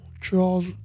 Charles